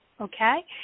Okay